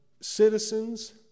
citizens